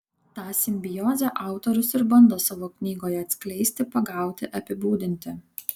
tą simbiozę autorius ir bando savo knygoje atskleisti pagauti apibūdinti